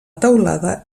teulada